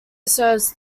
serves